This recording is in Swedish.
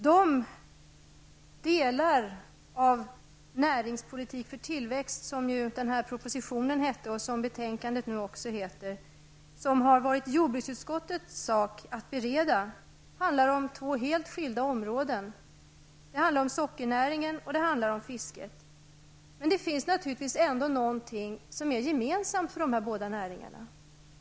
De delar av ''Näringspolitik för tillväxt'', som propositionen hette och som betänkandet nu också heter, som har varit jordbruksutskottets sak att bereda handlar om två helt skilda områden, sockernäringen och fisket. Men det finns naturligtvis ändå någonting som är gemensamt för de här båda näringarna.